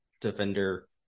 defender